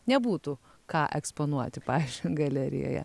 nebūtų ką eksponuoti pavyzdžiui galerijoje